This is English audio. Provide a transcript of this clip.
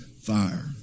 fire